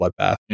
bloodbath